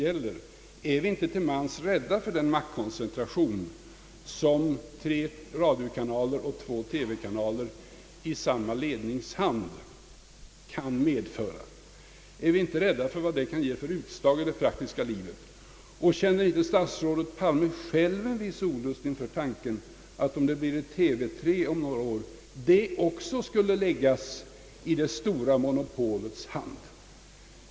Är vi inte till mans rädda för den maktkoncentration som tre radiokanaler och två TV-kanaler i samma lednings hand kan medföra? är vi inte rädda för vilket utslag det kan ge i det praktiska livet? Känner inte statsrådet Palme själv en smula olust inför tanken, att om det blir ett TV 3 om några år så skulle den kanalen också läggas i det stora monopolets hand?